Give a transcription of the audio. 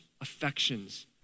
affections